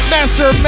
Master